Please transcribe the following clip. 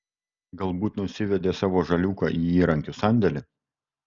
galbūt nusivedė savo žaliūką į įrankių sandėlį